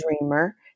dreamer